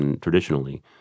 traditionally